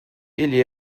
ele